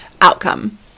outcome